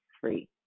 free